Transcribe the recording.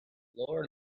lower